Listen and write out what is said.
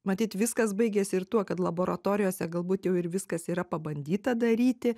matyt viskas baigiasi ir tuo kad laboratorijose galbūt jau ir viskas yra pabandyta daryti